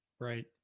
Right